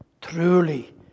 Truly